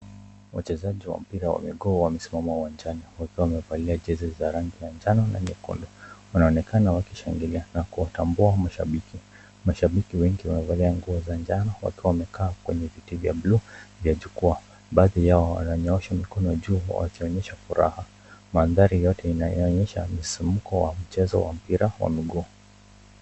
Wachezaji wa mpira wa miguu wamesimama uwanjani wakiwa wamevalia jezi za rangi ya njano na nyekundu, wanaonekana wakishangilia na kuwatambua mashabiki. Mashabiki wengi wamevalia nguo za njano wakiwa wamekaa kwenye viti vya bluu vya jukuwaa baadhi yao wananyosha mikono juu wakionyesha furaha. Mandhari yote inaonyesha msimuko wa mchezo wa mpira wa miguu.